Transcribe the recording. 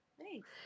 Thanks